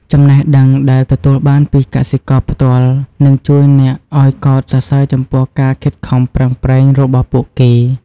ចំណេះដឹងដែលទទួលបានពីកសិករផ្ទាល់នឹងជួយអ្នកឱ្យកោតសរសើរចំពោះការខិតខំប្រឹងប្រែងរបស់ពួកគេ។